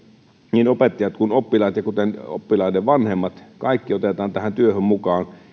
niin opettajat kuin oppilaat ja oppilaiden vanhemmat kaikki otetaan tähän työhön mukaan ja